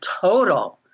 total